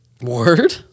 word